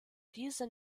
diese